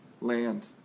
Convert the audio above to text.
land